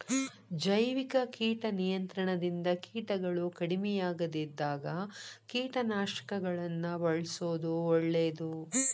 ಜೈವಿಕ ಕೇಟ ನಿಯಂತ್ರಣದಿಂದ ಕೇಟಗಳು ಕಡಿಮಿಯಾಗದಿದ್ದಾಗ ಕೇಟನಾಶಕಗಳನ್ನ ಬಳ್ಸೋದು ಒಳ್ಳೇದು